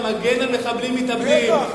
אתה מגן על מחבלים מתאבדים,